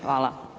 Hvala.